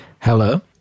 Hello